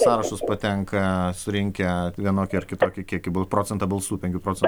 sąrašus patenka surinkę vienokį ar kitokį kiekį balsų procentą balsų penkių procentų